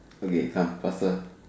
okay come faster